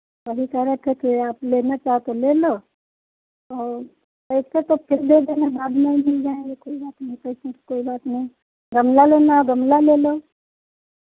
तभी कहे रहे थे कि आप लेना चाहो तो ले लो और पैसे तो फिर दे देना बाद में भी मिल जाएंगे कोई बात नहीं पैसे की कोई बात नहीं गमला लेना हो गमला ले लो